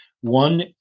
One